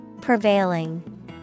Prevailing